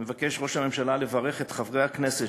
מבקש ראש הממשלה לברך את חברי הכנסת